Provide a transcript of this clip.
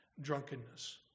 drunkenness